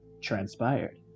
transpired